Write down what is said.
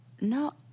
No